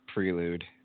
Prelude